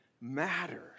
matters